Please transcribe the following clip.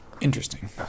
Interesting